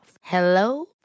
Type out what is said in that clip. Hello